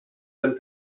ten